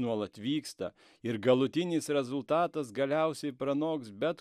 nuolat vyksta ir galutinis rezultatas galiausiai pranoks bet